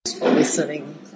Listening